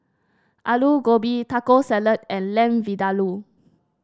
Alu Gobi Taco Salad and Lamb Vindaloo